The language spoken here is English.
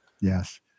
Yes